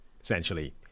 essentially